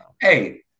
Hey